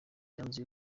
yanzuye